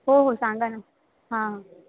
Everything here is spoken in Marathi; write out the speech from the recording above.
हो हो सांगा ना हां